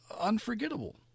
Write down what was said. unforgettable